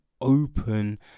open